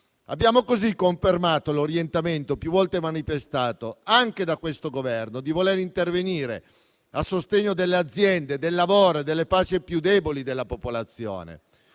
Abbiamo così confermato l'orientamento, più volte manifestato anche da questo Governo, di voler intervenire a sostegno delle aziende, del lavoro e delle fasce più deboli della popolazione.